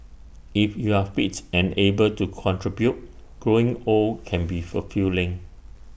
if you're fit and able to contribute growing old can be fulfilling